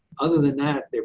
other than that,